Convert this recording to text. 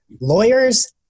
lawyers